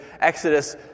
Exodus